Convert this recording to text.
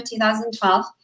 2012